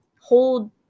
hold